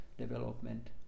development